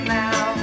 now